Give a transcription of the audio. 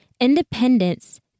independence